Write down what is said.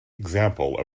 example